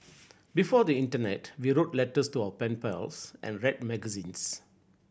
before the internet we wrote letters to our pen pals and read magazines